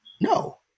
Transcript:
No